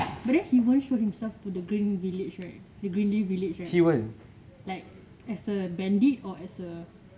but then he want to show himself to the green village right linguine village like as a bandied or as a